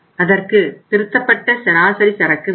அதற்கு திருத்தப்பட்ட சராசரி சரக்கு வேண்டும்